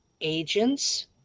agents